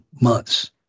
months